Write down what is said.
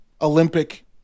Olympic